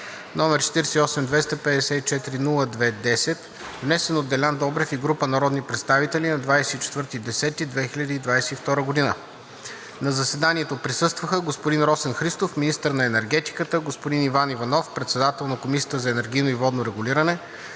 № 48-254-02-10, внесен от Делян Добрев и група народни представители на 24 октомври 2022 г. На заседанието присъстваха: господин Росен Христов – министър на енергетиката, господин Иван Иванов – председател на Комисията за енергийно и водно регулиране,